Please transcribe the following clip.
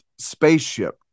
spaceship